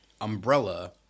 umbrella